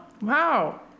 wow